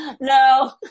no